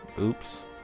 Oops